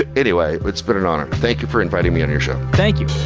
ah anyway, it's been an honor. thank you for inviting me on your show. thank you.